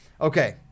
Okay